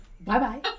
Bye-bye